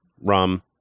rum